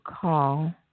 call